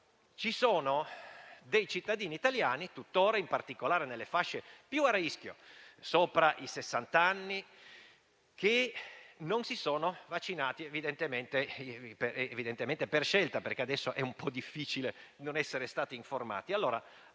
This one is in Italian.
ci sono cittadini italiani, in particolare nelle fasce più a rischio, sopra i sessant'anni, che non si sono vaccinati, evidentemente per scelta, perché adesso è un po' difficile non essere stati informati.